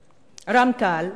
רע"ם-תע"ל,